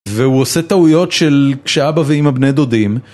והוא עושה טעויות של כשאבא ואימא בני דודים